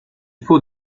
faut